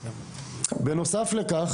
בנוסף לכך,